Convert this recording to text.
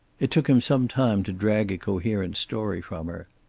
it took him some time to drag a coherent story from her.